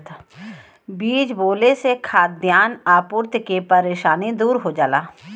बीज बोले से खाद्यान आपूर्ति के परेशानी दूर हो जाला